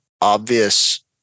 obvious